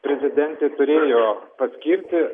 prezidentė turėjo paskirti